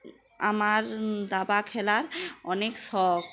আমার দাবা খেলার অনেক শখ